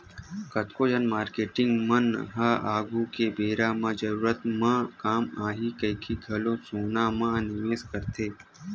कतको झन मारकेटिंग मन ह आघु के बेरा म जरूरत म काम आही कहिके घलो सोना म निवेस करथे